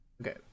Okay